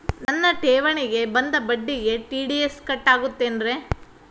ನನ್ನ ಠೇವಣಿಗೆ ಬಂದ ಬಡ್ಡಿಗೆ ಟಿ.ಡಿ.ಎಸ್ ಕಟ್ಟಾಗುತ್ತೇನ್ರೇ?